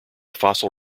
fossil